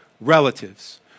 relatives